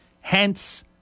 hence